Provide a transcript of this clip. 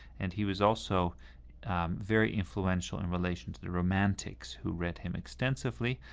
and he was also very influential in relation to the romantics, who read him extensively,